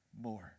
more